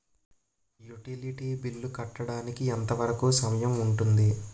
Utility bill కట్టడానికి ఎంత వరుకు సమయం ఉంటుంది?